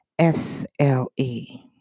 SLE